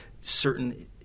certain